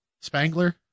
Spangler